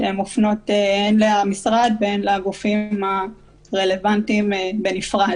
שמופנות הן למשרד ולהן לגופים הרלוונטיים בנפרד.